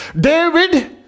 David